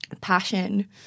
passion